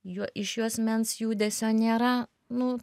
jo iš juosmens judesio nėra nu